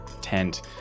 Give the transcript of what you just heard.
tent